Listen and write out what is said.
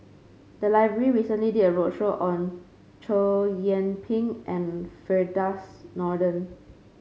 the library recently did a roadshow on Chow Yian Ping and Firdaus Nordin